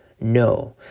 no